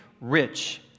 rich